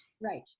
Right